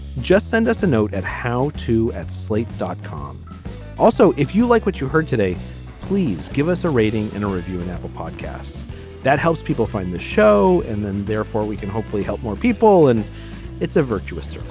just send us a note at how to at slate dot com also if you like what you heard today please give us a rating and a review in apple podcasts that helps people find the show and then therefore we can hopefully help more people and it's a virtuous circle.